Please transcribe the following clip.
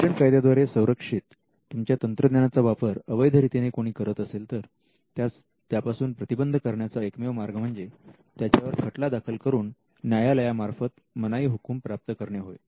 patent कायद्याद्वारे संरक्षीत तुमच्या तंत्रज्ञानाचा वापर अवैध रीतीने कोणी करत असेल तर त्यास त्यापासुन प्रतिबंध करण्याचा एकमेव मार्ग म्हणजे त्याच्यावर खटला दाखल करून न्यायालयामार्फत मनाईहुकूम प्राप्त करणे होय